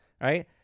right